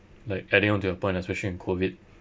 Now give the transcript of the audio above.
like adding on to your point especially in COVID